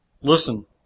Listen